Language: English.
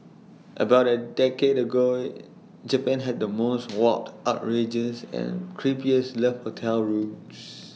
about A decade ago Japan had the most warped outrageous and creepiest love hotel rooms